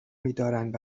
میدارند